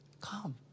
Come